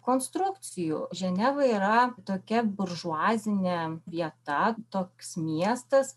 konstrukcijų ženeva yra tokia buržuazine vieta toks miestas